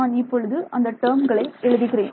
நான் இப்பொழுது அந்த டேர்ம்களை எழுதுகிறேன்